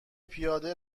پیاده